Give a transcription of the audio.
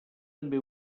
també